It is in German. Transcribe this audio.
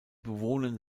bewohnen